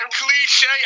cliche